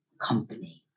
company